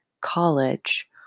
college